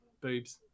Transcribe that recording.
boobs